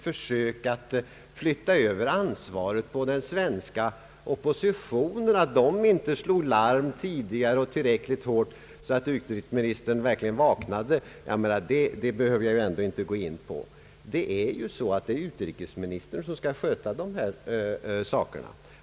Försöket att flytta över ansvaret på den svenska oppositionen för att den inte slog larm tidigare och tillräckligt hårt, så att utrikesministern verkligen vaknade, behöver jag inte gå in på. Det är utrikesministern som skall sköta dessa saker.